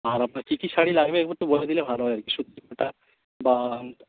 আর আপনার কী কী শাড়ি লাগবে একবার একটু বলে দিলে ভালো হয় আর কি সুতি কোটা বা